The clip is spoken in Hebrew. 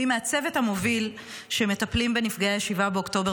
והיא מהצוות המוביל שמטפל בנפגעי 7 באוקטובר.